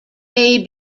may